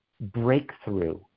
breakthrough